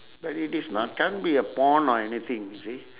but it is not can't be a pond or anything you see